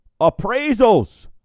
Appraisals